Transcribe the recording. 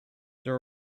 there